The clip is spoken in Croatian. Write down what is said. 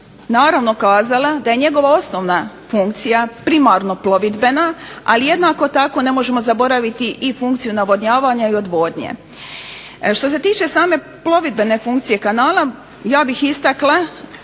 što bih kazala da je njegova osnovna funkcija primarno plovidbena, a jednako tako ne možemo zaboraviti i funkciju navodnjavanja i odvodnje. Što se tiče same plovidbene funkcije kanala, ja bih istakla